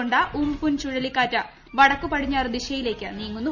കൊണ്ട ഉം പുൻ ചുഴലിക്കാറ്റ് വടക്കു പടിഞ്ഞാറു ദിശയിലേക്ക്നീങ്ങുന്നു